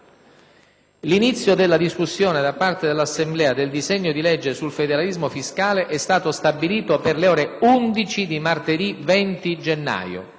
L'inizio della discussione da parte dell'Assemblea del disegno di legge sul federalismo fiscale è stato stabilito per le ore 11 di martedì 20 gennaio.